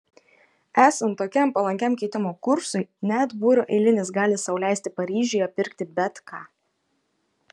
esant tokiam palankiam keitimo kursui net būrio eilinis gali sau leisti paryžiuje pirkti bet ką